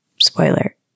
spoiler